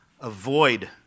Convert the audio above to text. Avoid